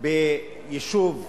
ביישוב צמוד,